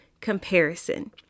comparison